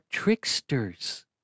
Tricksters